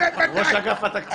הוא ראש אגף התקציבים.